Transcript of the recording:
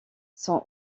sont